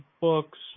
books